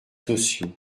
sociaux